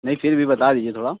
नहीं फिर भी बता दीजिये थोड़ा